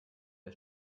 der